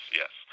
yes